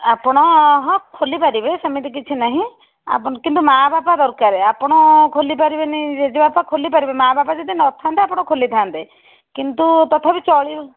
ଆପଣ ହଁ ଖୋଲିପାରିବେ ସେମିତି କିଛି ନାହିଁ ଆପଣ କିନ୍ତୁ ମାଆ ବାପା ଦରକାରେ ଆପଣ ଖୋଲିପାରିବେନି ଜେଜେବାପା ଖୋଲି ପାରିବେ ମାଆ ବାପା ଯଦି ନଥାନ୍ତେ ଆପଣ ଖୋଲିଥାନ୍ତେ କିନ୍ତୁ ତଥାପି ଚଳିବ